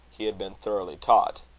he had been thoroughly taught.